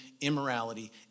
immorality